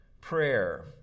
prayer